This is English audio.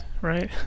right